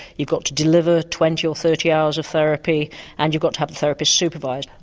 you've got to deliver twenty or thirty hours of therapy and you've got to have the therapist supervised.